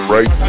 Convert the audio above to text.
Right